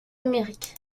numérique